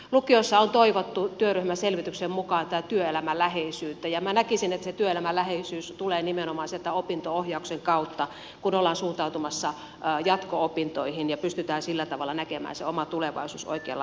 lukiossa on toivottu työryhmän selvityksen mukaan tätä työelämäläheisyyttä ja minä näkisin että se työelämäläheisyys tulee nimenomaan sieltä opinto ohjauksen kautta kun ollaan suuntautumassa jatko opintoihin ja pystytään sillä tavalla näkemään se oma tulevaisuus oikealla alalla